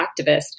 activist